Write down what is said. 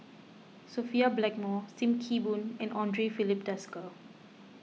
Sophia Blackmore Sim Kee Boon and andre Filipe Desker